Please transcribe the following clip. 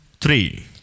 three